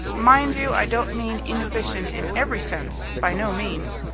mind you, i don't mean inefficient in every sense. by no means.